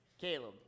Caleb